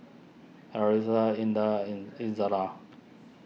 Arissa Indah and Izzara